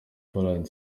poland